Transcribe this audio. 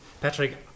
Patrick